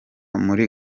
muri